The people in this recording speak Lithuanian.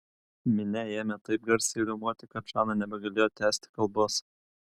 minia ėmė taip garsiai riaumoti kad žana nebegalėjo tęsti kalbos